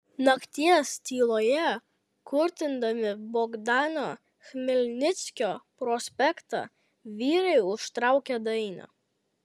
nakties tyloje kurtindami bogdano chmelnickio prospektą vyrai užtraukė dainą